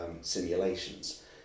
simulations